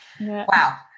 wow